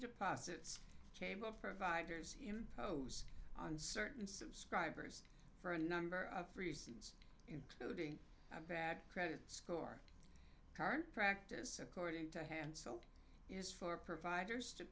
deposits came up providers impose on certain subscribers for a number of reasons including a bad credit score card practice according to hand sold is for providers to